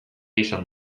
izan